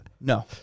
No